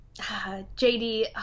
JD